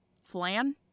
Flan